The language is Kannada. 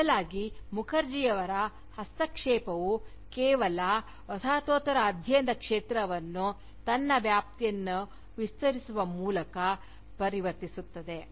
ಬದಲಾಗಿ ಮುಖರ್ಜಿ ಅವರ ಹಸ್ತಕ್ಷೇಪವು ಕೇವಲ ವಸಾಹತೋತ್ತರ ಅಧ್ಯಯನ ಕ್ಷೇತ್ರವನ್ನು ತನ್ನ ವ್ಯಾಪ್ತಿಯನ್ನು ವಿಸ್ತರಿಸುವ ಮೂಲಕ ಪರಿವರ್ತಿಸುತ್ತದೆ